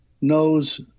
knows